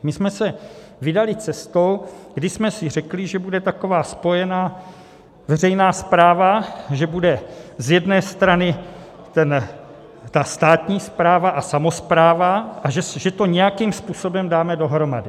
My jsme se vydali cestou, kdy jsme si řekli, že bude taková spojená veřejná správa, že bude z jedné strany ta státní správa a samospráva a že to nějakým způsobem dáme dohromady.